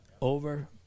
over